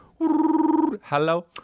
Hello